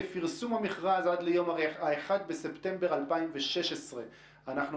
לפרסום המכרז עד ליום 1 בספטמבר 2016." אנחנו